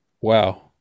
Wow